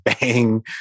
bang